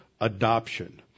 adoption